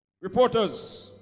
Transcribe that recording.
Reporters